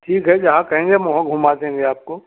ठीक है जहाँ कहेंगे हम वहाँ घुमा देंगे आपको